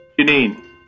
Janine